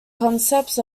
concepts